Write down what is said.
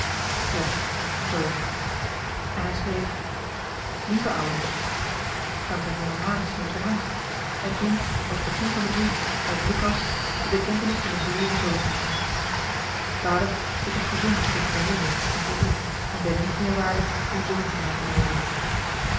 ja zoo en hij schreef lieve ouders dan kreeg hij mama misschien op zijn hand en toen als begin van den brief uit lukas de bekentenis van den verloren zoon vader ik heb gezondigd tegen den hemel en voor u en ben niet meer waardig uw zoon genaamd te worden